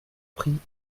pris